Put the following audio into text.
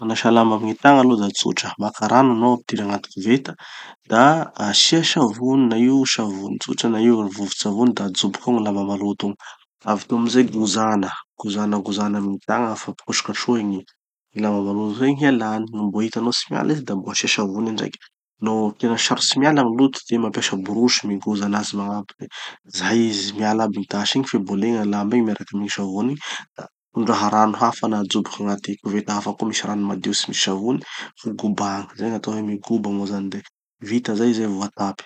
Gny fanasà lamba amy gny tagna aloha da tsotra. Makà rano hanao ampidiry agnaty koveta da asia savony, na io savony tsotra na io vovon-tsavony, da ajoboky ao gny lamba maloto igny. Avy teo amizay gozana, gozana gozana amy gny tagna. Ampifapikasokasohy gny gny lamba maloto igny hialany. No mbo hitanao tsy miala izy da mbo asia savony ndraiky. No tena sarotsy miala gny loto de mampiasa brosy migoza anazy magnampy de zay izy miala aby gny tasy igny fe mbo legna lamba igny miaraky amy gny savony, da tondraha rano hafa na ajoboky agnaty koveta hafa koa misy rano madio tsy misy savony vo gobagny; zay gn'atao hoe migoba moa zany de vita zay zay vo atapy.